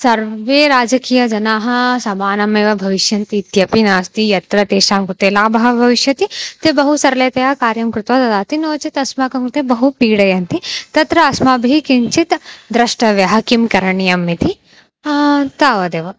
सर्वे राजकीयजनाः समानमेव भविष्यन्ति इत्यपि नास्ति यत्र तेषां कृते लाभः भविष्यति ते बहु सरलतया कार्यं कृत्वा ददाति नो चेत् अस्माकं कृते बहु पीडन्ति तत्र अस्माभिः किञ्चित् द्रष्टव्यः किं करणीयम् इति तावदेव